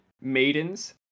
maidens